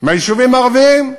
ביישובים הערביים.